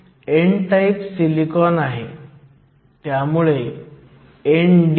तर आपण पाहू शकतो की करंट किंवा आपण हे लिहून ठेवल्यास J म्हणजे Jso expeVkT